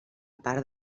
part